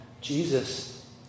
Jesus